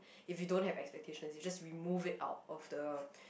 if you don't have expectations you just remove it out of the